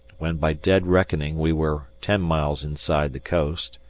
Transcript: when by dead reckoning we were ten miles inside the coast,